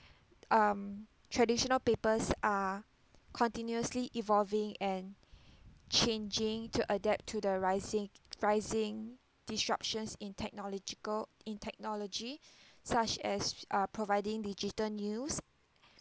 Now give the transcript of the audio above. um traditional papers are continuously evolving and changing to adapt to the rising rising disruptions in technological in technology such as uh providing digital news